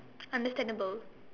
understandable